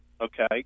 okay